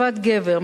עבד גבר.